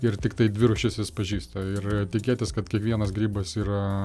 ir tiktai dvi rūšis jis pažįsta ir tikėtis kad kiekvienas grybas yra